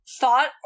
thought